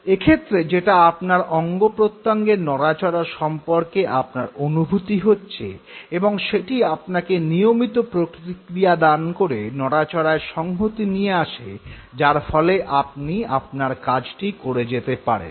এক্ষেত্রে যেটা আপনার অঙ্গপ্রত্যঙ্গের নড়াচড়া সম্পর্কে আপনার অনুভূতি হচ্ছে এবং সেটি আপনাকে নিয়মিত প্রতিক্রিয়াদান করে নড়াচড়ায় সংহতি নিয়ে আসে যার ফলে আপনি আপনার কাজটি করে যেতে পারেন